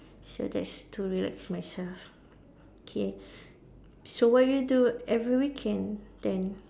so that's to relax myself K so what you do every weekend then